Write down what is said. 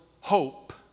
hope